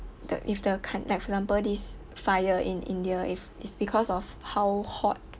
the if the con~ like for example this fire in india if it's because of how hot